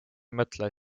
mõtle